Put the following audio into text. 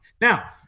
Now